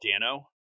Dano